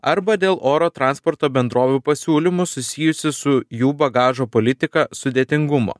arba dėl oro transporto bendrovių pasiūlymų susijusių su jų bagažo politika sudėtingumo